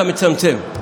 אתה מצמצם.